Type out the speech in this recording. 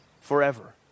forever